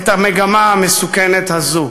את המגמה המסוכנת הזאת.